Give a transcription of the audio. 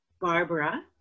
barbara